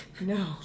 No